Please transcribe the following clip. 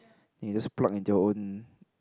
you just plug into your own